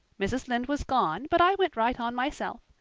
mrs. lynde was gone, but i went right on myself.